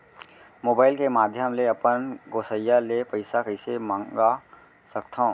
Mobile के माधयम ले अपन गोसैय्या ले पइसा कइसे मंगा सकथव?